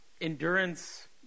Endurance